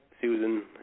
Susan